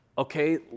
Okay